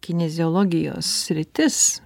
kineziologijos sritis